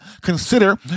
consider